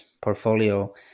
portfolio